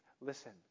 Listen